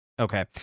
Okay